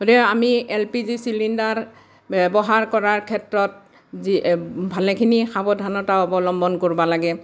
গতিকে আমি L P G cylinder ব্যৱহাৰ কৰাৰ ক্ষেত্ৰত যি ভালেখিনি সাৱধানতা অৱলম্বন কৰিব লাগে